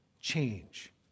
change